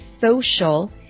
social